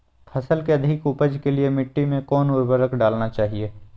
फसल के अधिक उपज के लिए मिट्टी मे कौन उर्वरक डलना चाइए?